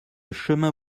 chemin